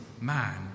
man